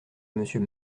monsieur